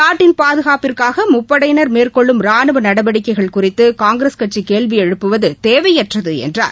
நாட்டின் பாதுகாப்புக்காக முப்படையினர் மேற்கொள்ளும் ரானுவ நடவடிக்கைள் குறித்து காங்கிரஸ் கட்சி கேள்வி எழுப்புவது தேவையற்றது என்றார்